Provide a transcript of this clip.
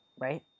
Right